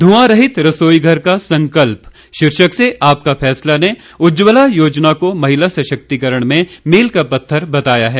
घुआं रहित रसोईघर का संकल्प शीर्षक से आपका फैसला ने उज्जवला योजना को महिला सशक्तिकरण में मील का पत्थर बताया है